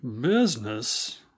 Business